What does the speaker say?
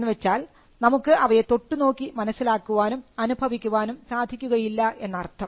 എന്നു വെച്ചാൽ നമുക്ക് അവയെ തൊട്ടു നോക്കി മനസ്സിലാക്കാനും അനുഭവിക്കാനും സാധിക്കുകയില്ല എന്നർത്ഥം